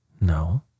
No